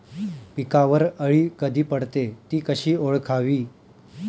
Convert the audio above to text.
पिकावर अळी कधी पडते, ति कशी ओळखावी?